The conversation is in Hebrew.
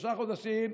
בשלושה חודשים,